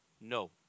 No